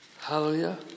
Hallelujah